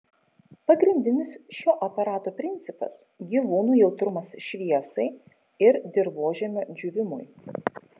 pagrindinis šio aparato principas gyvūnų jautrumas šviesai ir dirvožemio džiūvimui